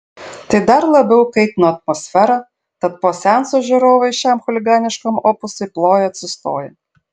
tai dar labiau kaitino atmosferą tad po seanso žiūrovai šiam chuliganiškam opusui plojo atsistoję